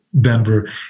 Denver